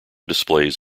displays